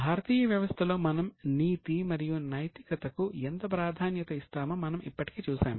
భారతీయ వ్యవస్థలో మనం నీతి మరియు నైతికతకు ఎంత ప్రాధాన్యత ఇస్తామో మనం ఇప్పటికే చూశాము